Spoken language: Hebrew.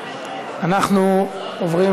אנחנו עוברים